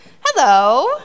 Hello